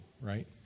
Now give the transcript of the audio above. right